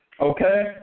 okay